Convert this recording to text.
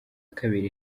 kabiri